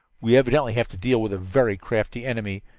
we evidently have to deal with a very crafty enemy,